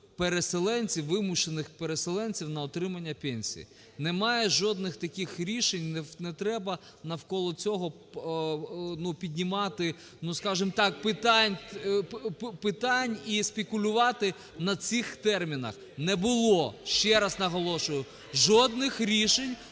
переселенців, вимушених переселенців на отримання пенсії. Немає жодних таких рішень, не треба навколо цього, ну, піднімати, ну, скажемо так, питань і спекулювати на цих термінах. Не було, ще раз наголошую, жодних рішень